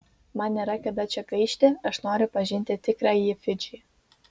man nėra kada čia gaišti aš noriu pažinti tikrąjį fidžį